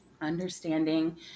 understanding